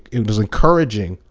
it was encouraging,